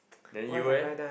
then you eh